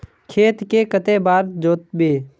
खेत के कते बार जोतबे?